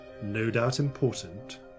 no-doubt-important